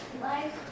Life